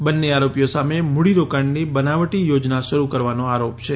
બંને આરોપીઓ સામે મૂડીરોકાણની બનાવટી યોજના શરૂ કરવાનો આરોપ છે